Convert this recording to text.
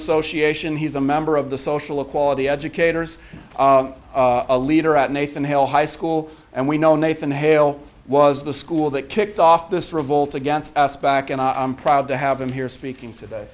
association he's a member of the social equality educators a leader at nathan hale high school and we know nathan hale was the school that kicked off this revolt against us back and i'm proud to have him here speaking today tha